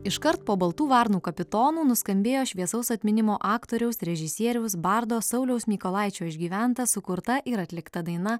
iškart po baltų varnų kapitonų nuskambėjo šviesaus atminimo aktoriaus režisieriaus bardo sauliaus mykolaičio išgyventa sukurta ir atlikta daina